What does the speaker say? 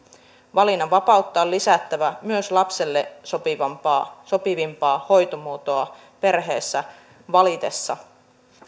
valinnanvapautta on lisättävä myös lapselle sopivimpaa sopivimpaa hoitomuotoa perheessä valitessa